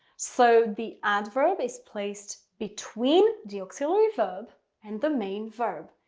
so the adverb is placed between the auxiliary verb and the main verb.